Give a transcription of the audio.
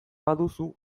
baduzu